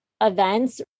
events